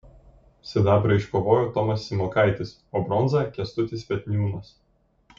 sidabrą iškovojo tomas simokaitis o bronzą kęstutis petniūnas